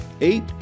Eight